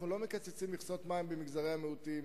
אנחנו לא מקצצים מכסות מים במגזרי המיעוטים.